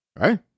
right